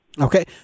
Okay